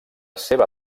seva